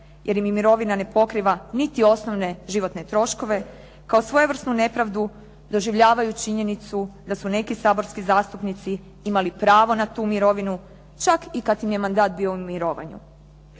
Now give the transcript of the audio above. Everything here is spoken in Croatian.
jer im mirovina ne pokriva niti osnovne životne troškove, kao svojevrsnu nepravdu doživljavaju činjenicu da su neki saborski zastupnici imali pravo na tu mirovinu čak i kada im je mandat bio u mirovanju.